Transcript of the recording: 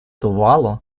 тувалу